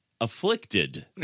afflicted